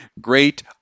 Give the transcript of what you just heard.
great